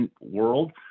world